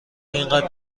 اینقدر